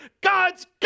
God's